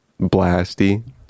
blasty